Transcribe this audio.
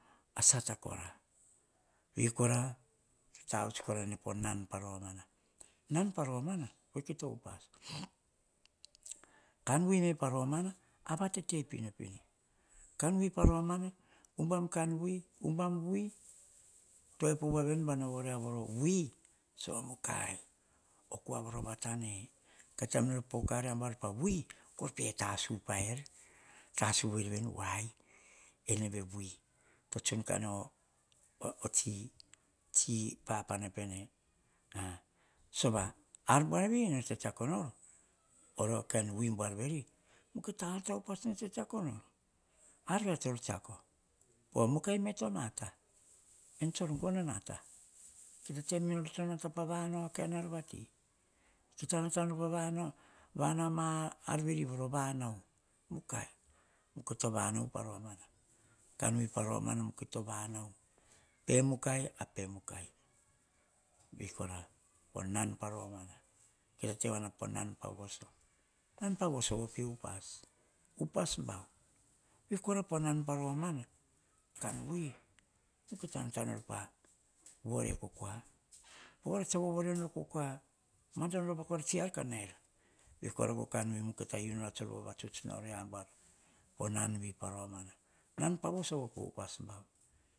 Asata kora vei kora tavauts korane po nan pa romana. Nan pa romana vokito upas kanwi me pa romana avatete pinopino kanwi paroma umbam wi to epo waveni bovore a wi sovamukai okoa voro vata ne ka taim nor poka riaboar pawi pe tasu paer tsau waer veni wai ene ve wi to tsun kanu tsi-tsi papana pene a sova ar buanavi nor tsitsiako nor oria kain wi buar veri mukai ta aar upas nor tsitsiako nor arvia tsor tsiako povo mukai metonata enitsor gonata to kita teteme nor to kain nata tsor vanao kain arvati to kita nata nor pa vanao kain arvi vavano mukai. Mukai to vanu paromana kanwi paromana mukai to vanao pe mukai, a pe mukai veikora ponan paromana kita tevanar veni ponan pavoso. Nan pavoso vope upas, upas bau vei kora ponaan paromana kanwi mukai tanata nor pa vore ko kua po voria tsa vovore nor kokoa mandono rovakora tsiar ka nair. Vei tane kora no kanwi kita vunor tsor vavatsuts riabuar ponan vi paromana. Nan pavoso vape upas bau